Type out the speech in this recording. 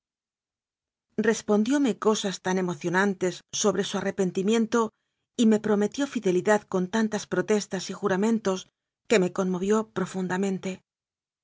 respondióme cosas tan emocionantes sobre su arrepentimiento y me prometió fidelidad con tan tas protestas y juramentos que me conmovió